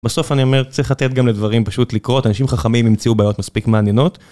בסוף אני אומר, צריך לתת גם לדברים פשוט לקרות, אנשים חכמים ימצאו בעיות מספיק מעניינות.